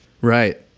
right